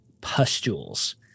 pustules